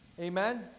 Amen